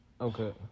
Okay